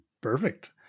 Perfect